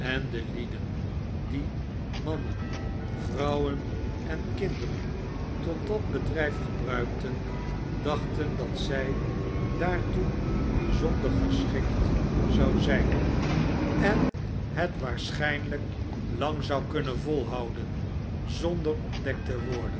de lieden die mannen vrouwen en kinderen tot dat bedrijf gebruikten dachten dat zij daartoe bijzonder geschikt zou zijn en het waarfjo barnaby rtfdge schijnlijk lang zou kunnen volhouden zonder ontdekt te worden